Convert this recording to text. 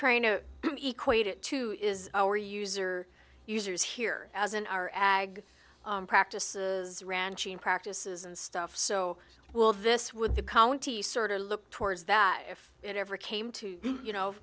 trying to equate it to is our user users here as in our ag practices ranching practices and stuff so will this with the county sort of look towards that if it ever came to you know